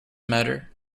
matter